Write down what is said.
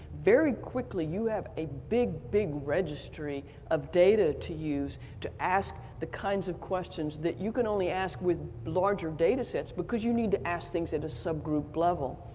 very quickly, you have a big, big registry of data to use to ask the kinds of questions that you can only ask with larger datasets because you need to ask things at a subgroup level.